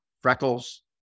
freckles